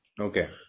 Okay